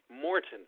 Morton